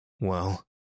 Well